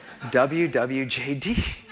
WWJD